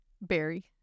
Barry